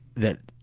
that,